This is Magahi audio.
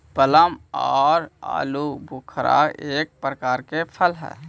प्लम आउ आलूबुखारा एक प्रकार के फल हई